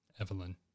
Evelyn